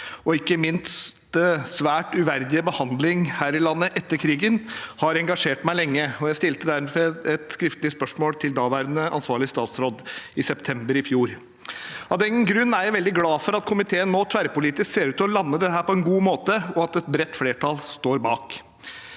en 3027 verdig alderdom landet etter krigen, og det har engasjert meg lenge. Jeg stilte derfor et skriftlig spørsmål til daværende ansvarlig statsråd i september i fjor. Av den grunn er jeg veldig glad for at komiteen nå tverrpolitisk ser ut til å lande dette på en god måte, og at et bredt flertall står bak.